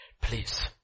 Please